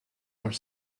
are